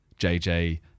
JJ